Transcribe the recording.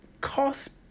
cost